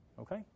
okay